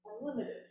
unlimited